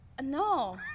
no